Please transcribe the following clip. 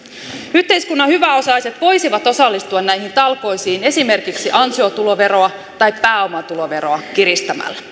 yhteiskunnan hyväosaiset voisivat osallistua näihin talkoisiin esimerkiksi ansiotuloveroa tai pääomatuloveroa kiristämällä